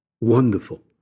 wonderful